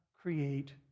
create